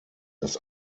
dass